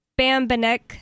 Bambanek